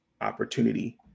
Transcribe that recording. opportunity